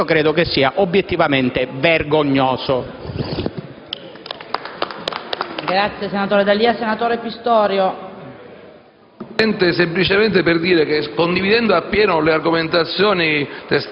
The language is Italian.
Credo che sia obiettivamente vergognoso.